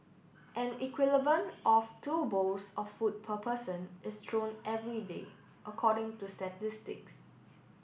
an of two bowls of food per person is thrown every day according to statistics